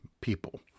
people